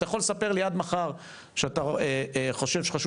אתה יכול לספר לי עד מחר שאתה חושב שחשוב